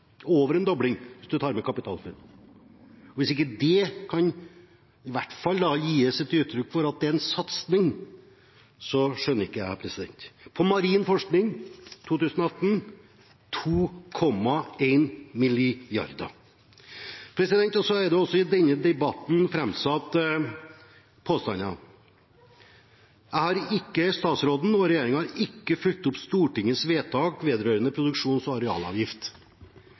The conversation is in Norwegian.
over en dobling hvis du tar med KapitalFUNN. Hvis en ikke kan gi uttrykk for at dét i hvert fall er en satsing, da skjønner jeg ingenting. På marin forskning er økningen i 2018 på 2,1 mrd. kr. Det er også i denne debatten fremsatt påstander om at statsråden og regjeringen ikke har fulgt opp Stortingets vedtak vedrørende produksjons- og arealavgift.